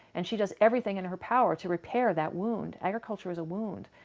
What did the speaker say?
and she does everything in her power to repair that wound. agriculture is a wound.